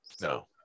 No